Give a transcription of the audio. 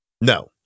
No